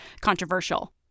controversial